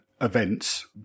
events